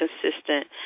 consistent